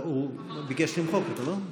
ביקש למחוק אותו, לא?